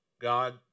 God